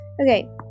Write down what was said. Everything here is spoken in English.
okay